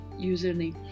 username